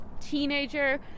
teenager